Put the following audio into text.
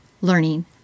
learning